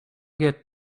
get